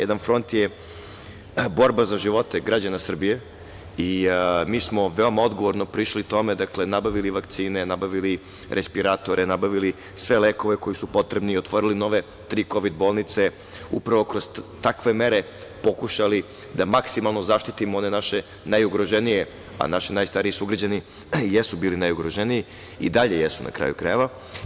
Jedan front je borba za živote građana Srbije i mi smo veoma odgovorno prišli tome, nabavili vakcine, nabavili respiratore, nabavili sve lekove koji su potrebni, otvorili nove tri kovid bolnice i upravo kroz takve mere pokušali da maksimalno zaštitimo one naše najugorženije, a naši najstariji sugrađani jesu bili najugroženiji, a i dalje jesu, na kraju krajeva.